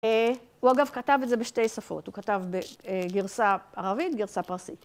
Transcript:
הוא אגב כתב את זה בשתי שפות. הוא כתב בגרסה ערבית, גרסה פרסית.